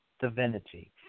divinity